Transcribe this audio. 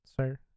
sir